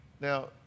Now